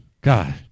god